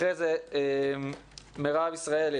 אחרי זה מירב ישראלי,